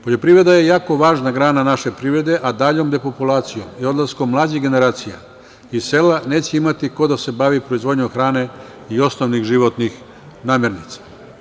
Poljoprivreda je jako važna grana naše privrede, a daljom depopulacijom i odlaskom mlađih generacija iz sela neće imati ko da se bavi proizvodnjom hrane i osnovnih životnih namirnica.